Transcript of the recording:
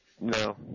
no